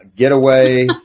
getaway